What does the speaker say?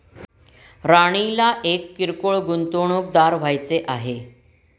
राणीला एक किरकोळ गुंतवणूकदार व्हायचे आहे